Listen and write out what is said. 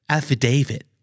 Affidavit